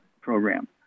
program